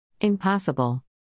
Impossible